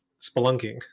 spelunking